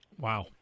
Wow